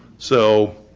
so